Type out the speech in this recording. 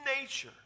nature